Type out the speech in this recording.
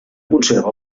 conserva